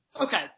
Okay